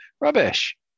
Rubbish